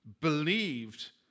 believed